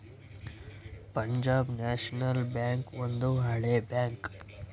Punjab national bank ಒಂದು ಹಳೆ bank